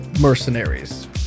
mercenaries